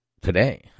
today